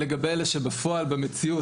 לגבי אלה שבפועל במציאות,